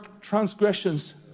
transgressions